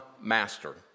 master